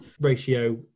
ratio